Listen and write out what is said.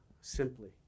simply